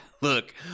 Look